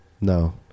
No